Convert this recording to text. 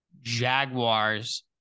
Jaguars